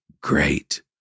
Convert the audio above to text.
great